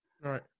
right